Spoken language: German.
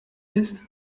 ist